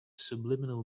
subliminal